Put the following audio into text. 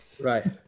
Right